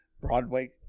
Broadway